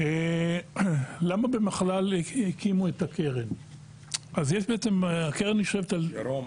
ירום,